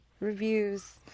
reviews